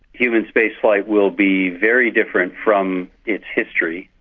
human spaceflight will be very different from its history,